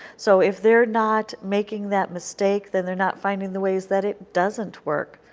so if they are not making that mistake, then they are not finding the ways that it doesn't work.